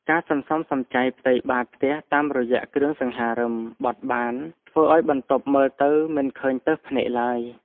ការសន្សំសំចៃផ្ទៃបាតផ្ទះតាមរយៈគ្រឿងសង្ហារិមបត់បានធ្វើឱ្យបន្ទប់មើលទៅមិនឃើញទើសភ្នែកឡើយ។